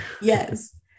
Yes